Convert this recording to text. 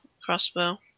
crossbow